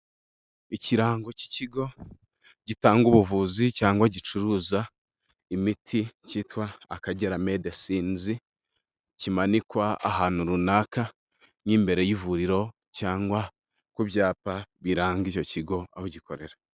Ikirango cy'ikigo gitanga ubuvuzi cyangwa gicuruza imiti cyitwa Akagera medisinizi, kimanikwa ahantu runaka nk'imbere y'ivuriro cyangwa ku byapa biranga icyo kigo aho gikorera.